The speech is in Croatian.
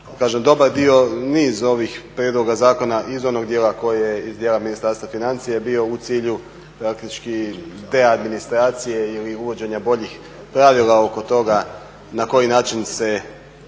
dobar dio, niz ovih prijedloga zakona iz onog dijela koji je iz djela Ministarstva financija je bio u cilju praktički te administracije ili uvođenja boljih pravila oko toga na koji način se,